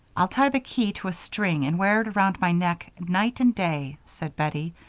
i'll tie the key to a string and wear it around my neck night and day, said bettie,